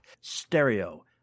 Stereo